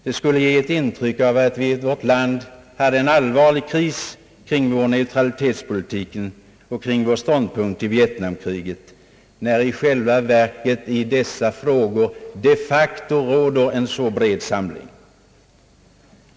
Det skulle ge ett intryck av att vi i vårt land hade en allvarlig kris när det gäller vår neutralitetspolitik och vår ståndpunkt i vietnamkriget, när det i själva verket i dessa frågor de facto råder bred samling.